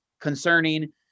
concerning